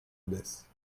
baisse